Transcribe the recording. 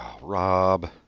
Rob